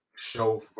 show